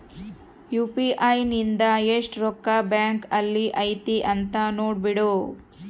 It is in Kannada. ಯು.ಪಿ.ಐ ಇಂದ ಎಸ್ಟ್ ರೊಕ್ಕ ಬ್ಯಾಂಕ್ ಅಲ್ಲಿ ಐತಿ ಅಂತ ನೋಡ್ಬೊಡು